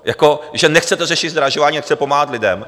Jako že nechcete řešit zdražování a nechcete pomáhat lidem.